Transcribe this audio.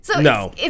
No